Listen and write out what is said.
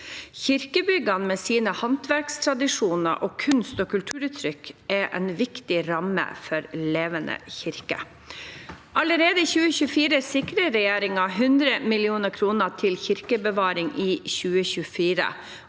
Kirkebyggene med sine håndverkstradisjoner og kunst- og kulturuttrykk er en viktig ramme for en levende kirke. Allerede i 2024 sikrer regjeringen 100 mill. kr til kirkebevaring i 2024,